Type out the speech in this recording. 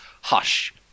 Hush